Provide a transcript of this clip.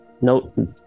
no